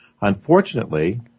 Unfortunately